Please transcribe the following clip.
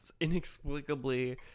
inexplicably